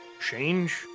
change